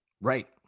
Right